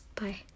bye